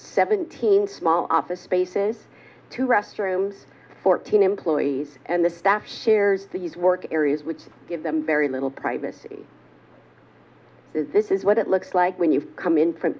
seventeen small office spaces to restrooms fourteen employees and the staff shared these work areas which give them very little privacy this is what it looks like when you come in from